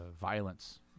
violence